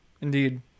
Indeed